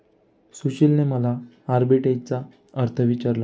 सुशीलने मला आर्बिट्रेजचा अर्थ विचारला